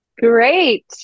great